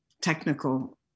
technical